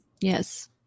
Yes